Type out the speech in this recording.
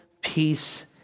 peace